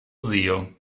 zio